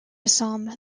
assam